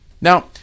Now